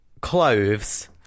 clothes